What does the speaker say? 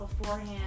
beforehand